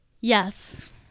yes